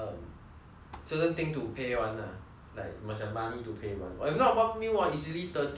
certain thing to pay one ha like must have money to pay [one] if not one meal easily thirty forty dollars eh